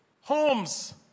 homes